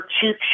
Cheap